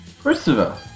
christopher